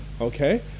Okay